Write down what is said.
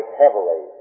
heavily